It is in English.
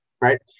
right